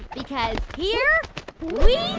because here we